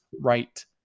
right